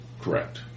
correct